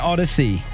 Odyssey